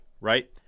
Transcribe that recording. right